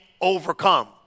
overcome